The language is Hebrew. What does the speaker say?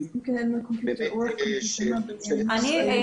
ונכון שענף הבנייה הוחרג,